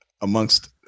amongst